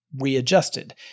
readjusted